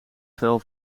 vel